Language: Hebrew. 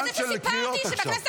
על זה שסיפרתי שבכנסת